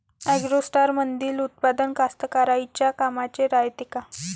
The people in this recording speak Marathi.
ॲग्रोस्टारमंदील उत्पादन कास्तकाराइच्या कामाचे रायते का?